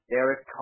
Derek